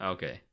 Okay